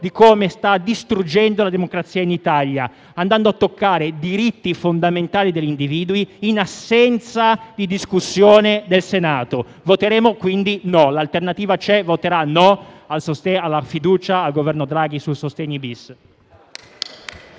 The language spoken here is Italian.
e sta distruggendo la democrazia in Italia, andando a toccare diritti fondamentali degli individui in assenza di discussione del Senato. L'Alternativa C'è voterà no alla fiducia al Governo Draghi sul decreto